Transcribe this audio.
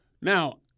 Now